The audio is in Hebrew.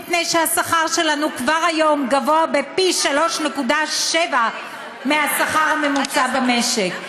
מפני שהשכר שלנו כבר היום גבוה פי-3.7 מהשכר הממוצע במשק,